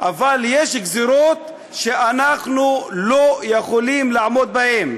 אבל יש גזירות שאנחנו לא יכולים לעמוד בהם.